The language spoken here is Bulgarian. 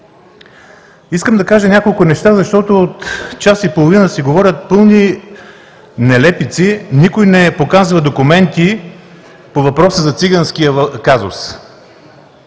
Искам да кажа няколко неща, защото от час и половина се говорят пълни нелепици, никой не показва документи по въпроса за циганския казус.